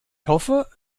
hoffe